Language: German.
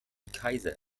kaiser